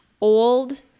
old